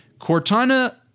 Cortana